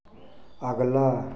अगला